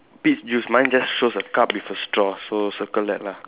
peach juice mine just shows a cup with a straw so circle that lah